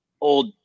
old